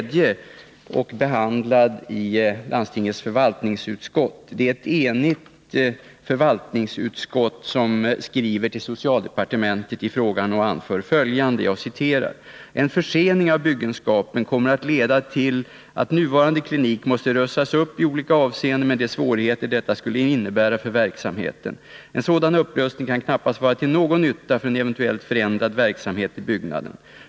Det är ett enigt förvaltningsutskott i landstinget som skriver till socialdepartementet i frågan och anför följande: ”En försening av byggenskapen kommer att leda till att nuvarande klinik måste rustas upp i olika avseenden med de svårigheter detta skulle innebära för verksamheten. En sådan upprustning kan knappast vara till någon nytta för en eventuellt förändrad verksamhet i byggnaden.